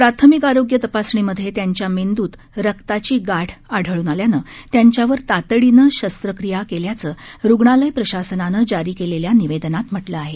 प्राथमिक आरोग्य तपासणीमध्ये त्यांच्या मेंदूत रक्ताची गाठ आढळून आल्यानं त्यांच्यावर तातडीनं शस्त्रक्रिया केल्याचं रुग्णालय प्रशासनानं जारी केलेल्या निवेदनात म्हटलं आहे